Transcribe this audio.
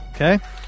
Okay